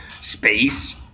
space